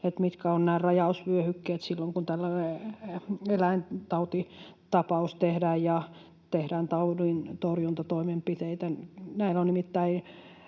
mitkä ovat nämä rajausvyöhykkeet silloin, kun tällainen eläintautitapaus tehdään ja tehdään taudin torjuntatoimenpiteitä